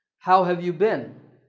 how have you been?